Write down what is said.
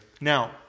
Now